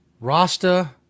Rasta